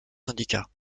syndicats